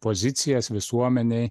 pozicijas visuomenėj